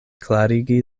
klarigi